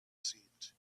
seemed